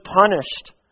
punished